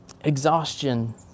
exhaustion